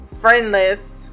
friendless